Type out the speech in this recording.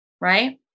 Right